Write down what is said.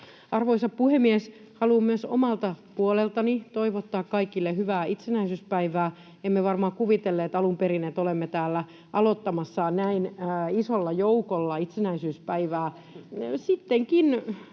Arvoisa puhemies! Haluan myös omasta puolestani toivottaa kaikille hyvää itsenäisyyspäivää. Emme varmaan kuvitelleet alun perin, että olemme täällä aloittamassa näin isolla joukolla itsenäisyyspäivää.